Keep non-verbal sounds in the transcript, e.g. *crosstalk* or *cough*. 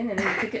*noise*